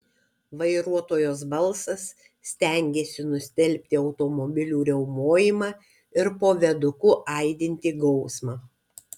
vairuotojos balsas stengėsi nustelbti automobilių riaumojimą ir po viaduku aidintį gausmą